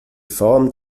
form